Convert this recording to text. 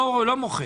לא, לא מוחק.